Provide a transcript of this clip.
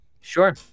sure